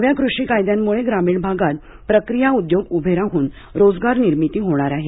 नव्या कृषी कायद्यांमुळे ग्रामीण भागात प्रक्रिया उद्योग उभे राहून रोजगार निर्मिती होणार आहे